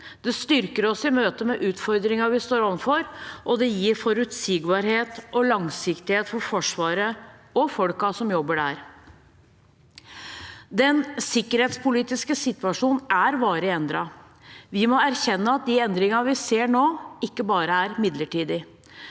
Det styrker oss i møtet med utfordringene vi står overfor, og det gir forutsigbarhet og langsiktighet for Forsvaret og folkene som jobber der. Den sikkerhetspolitiske situasjonen er varig endret. Vi må erkjenne at de endringene vi ser nå, ikke bare er midlertidige.